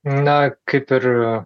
na kaip ir